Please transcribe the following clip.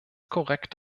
korrekt